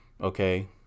Okay